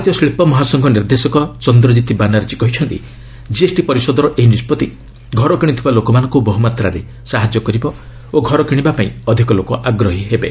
ଭାରତୀୟ ଶିଳ୍ପ ମହାସଂଘ ମହାନିର୍ଦ୍ଦେଶକ ଚନ୍ଦ୍ରକିତ୍ ବାନାର୍ଜୀ କହିଛନ୍ତି ଜିଏସ୍ଟି ପରିଷଦର ଏହି ନିଷ୍ପଭି ଘର କିଣୁଥିବା ଲୋକମାନଙ୍କୁ ବହୁମାତ୍ରାରେ ସହାୟତା କରିବ ଓ ଘର କିଶିବାପାଇଁ ଅଧିକ ଲୋକ ଆଗ୍ରହୀ ହେବେ